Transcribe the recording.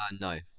no